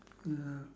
ya